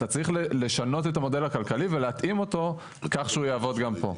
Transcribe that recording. אתה צריך לשנות את המודל הכלכלי ולתאים אותו כך שהוא יעבוד גם פה.